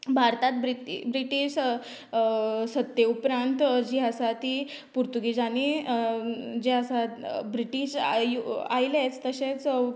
भारतांत ब्रिटि ब्रिटिश सत्ते उपरांत जी आसा ती पुर्तुगीजानीं जें आसात ब्रिटिश आय व आयलेंच तशेंच